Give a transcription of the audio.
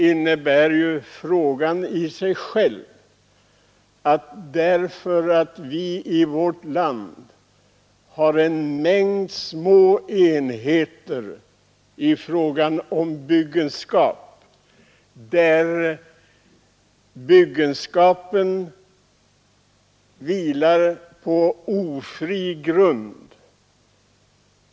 Det finns i vårt land en mängd små fastigheter, där byggenskapen vilar på ofri grund.